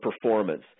performance